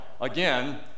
again